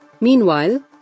Meanwhile